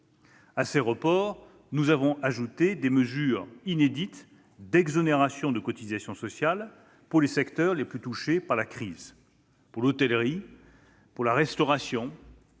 À ces reports, nous avons ajouté des mesures inédites d'exonération de cotisations sociales pour les secteurs les plus touchés par la crise : pour l'hôtellerie, pour la restauration,